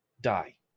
die